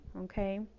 Okay